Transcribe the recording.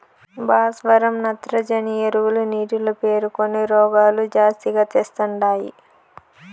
భాస్వరం నత్రజని ఎరువులు నీటిలో పేరుకొని రోగాలు జాస్తిగా తెస్తండాయి